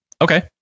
Okay